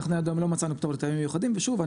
עד היום לא מצאנו פטור לטעמים מיוחדים ושוב,